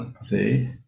See